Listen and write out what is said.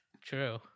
True